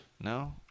No